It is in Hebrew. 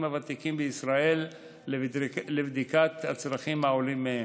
הוותיקים בישראל לבדיקת הצרכים העולים מהם.